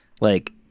like-